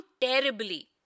terribly